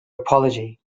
apology